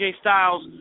Styles